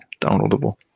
downloadable